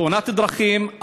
תאונת הדרכים,